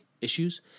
issues